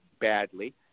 badly